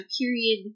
period